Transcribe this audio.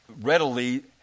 readily